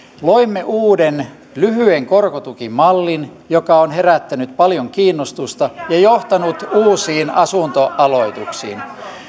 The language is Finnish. loimme uuden lyhyen korkotukimallin joka on herättänyt paljon kiinnostusta ja johtanut uusiin asuntoaloituksiin